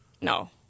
No